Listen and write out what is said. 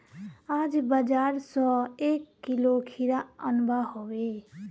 आज बाजार स एक किलो खीरा अनवा हबे